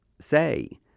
say